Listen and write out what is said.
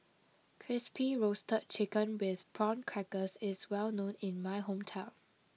Crispy Roasted Chicken with Prawn Crackers is well known in my hometown